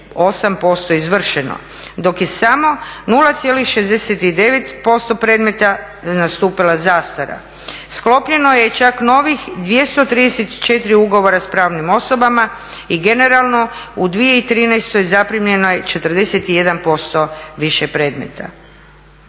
je izvršeno dok je za samo 0,69% predmeta nastupila zastara. Sklopljeno je čak novih 234 ugovora s pravnim osobama i generalno u 2013. zaprimljeno je 41% više predmeta.